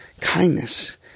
Kindness